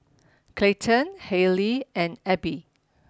Clayton Hailey and Abie